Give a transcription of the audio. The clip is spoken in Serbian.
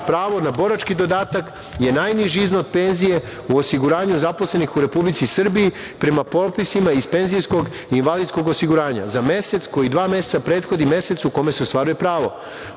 pravo na borački dodatak je najniži iznos penzije u osiguranju zaposlenih u Republici Srbiji prema propisima iz Penzijskog invalidskog osiguranja, za mesec, koji dva meseca prethodni mesecu u kome se ostvaruje